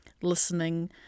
listening